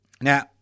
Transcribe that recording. Now